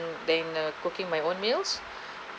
doing the cooking my own meals